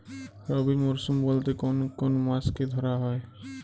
রবি মরশুম বলতে কোন কোন মাসকে ধরা হয়?